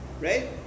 Right